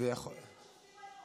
מדינת אוטופיה.